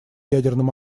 ядерным